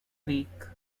week